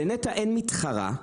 לנת"ע אין מתחרה,